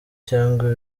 cyangwa